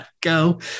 go